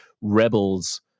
rebels